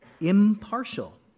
Impartial